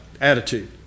attitude